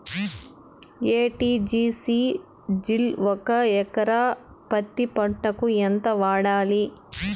ఎ.టి.జి.సి జిల్ ఒక ఎకరా పత్తి పంటకు ఎంత వాడాలి?